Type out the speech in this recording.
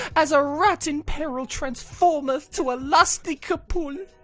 as a rat in peril transformeth to a lusty capul!